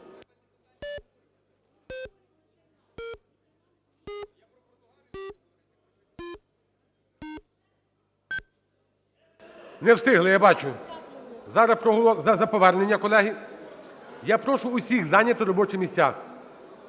Не встигли, я бачу. Зараз проголосуємо за повернення, колеги. Я прошу всіх зайняти робочі місця.